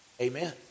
Amen